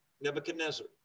Nebuchadnezzar